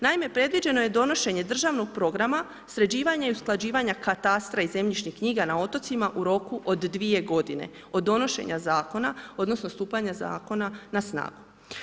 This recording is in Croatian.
Naime, predviđeno je donošenje državnog programa, sređivanja i usklađivanja katastra i zemljišnih knjiga na otocima u roku od dvije godine od donošenja zakona, odnosno stupanja zakona na snagu.